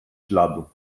śladu